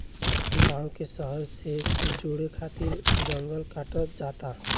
सब गांव के शहर से जोड़े खातिर जंगल कटात जाता